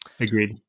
Agreed